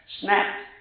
snapped